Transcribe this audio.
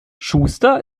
schuster